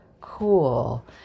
cool